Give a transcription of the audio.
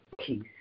peace